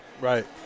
Right